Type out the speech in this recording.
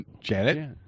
Janet